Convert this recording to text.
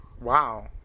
wow